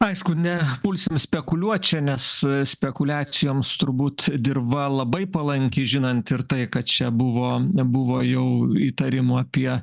aišku nepulsim spekuliuoti čia nes spekuliacijoms turbūt dirva labai palanki žinant ir tai kad čia buvo buvo jau įtarimų apie